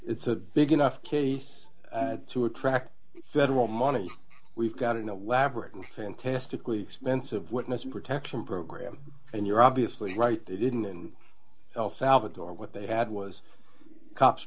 it's a big enough case to attract federal money we've got an elaborate and fantastically expensive witness protection program and you're obviously right they didn't and el salvador what they had was cops